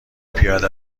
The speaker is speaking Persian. پیاده